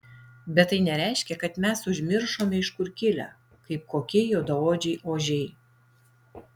bet tai nereiškia kad mes užmiršome iš kur kilę kaip kokie juodaodžiai ožiai